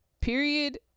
period